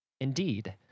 Indeed